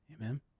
Amen